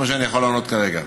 זה מה שאני יכול לענות כרגע.